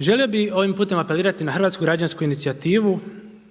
Želio bih ovim putem apelirati na Hrvatsku građansku inicijativu